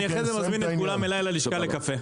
אני אחר כך מזמין את כולם לקפה אצלי בלשכה.